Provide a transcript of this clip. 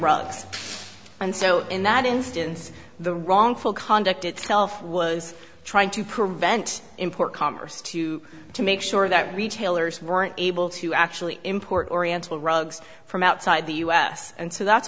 rugs and so in that instance the wrongful conduct itself was trying to prevent import commerce to to make sure that retailers weren't able to actually import oriental rugs from outside the u s and so that's